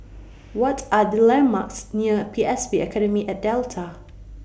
What Are The landmarks near P S B Academy At Delta